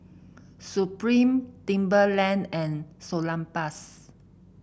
Supreme Timberland and Salonpas